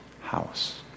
house